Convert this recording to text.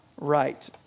right